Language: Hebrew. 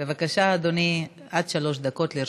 בבקשה, אדוני, עד שלוש דקות לרשותך.